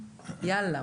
יאללה,